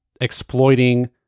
exploiting